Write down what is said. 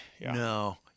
No